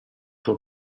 tuo